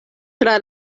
tra